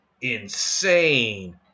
insane